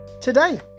today